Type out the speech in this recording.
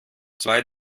zwei